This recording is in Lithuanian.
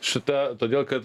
šita todėl kad